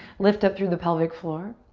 lift up through the pelvic floor.